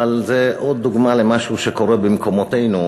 אבל זה עוד דוגמה למשהו שקורה במקומותינו,